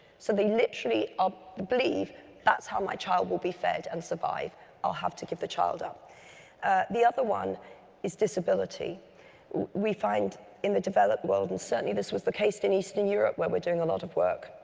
so they literally um believe that's how my child will be fed and survive i'll have to give the child. um the other one is disability we find in the developed world, and certainly this was the case in eastern europe where we're doing a lot of work,